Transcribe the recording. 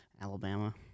Alabama